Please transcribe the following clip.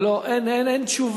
לא, אין תשובה.